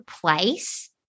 place